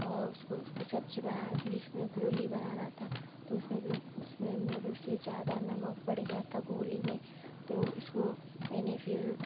और उसको उसकी सब्जी बना दी जिसमें गोली बनाना था तो उसमें भी उसमें मेरे ओर से ज़्यादा नमक पड़ गया था गोली में तो उसको मैंने फिर